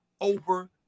over